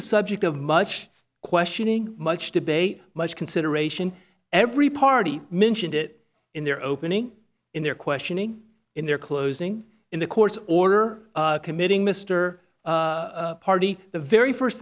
the subject of much questioning much debate much consideration every party mentioned it in their opening in their questioning in their closing in the court's order committing mr hardee the very first